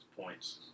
points